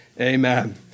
Amen